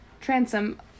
transom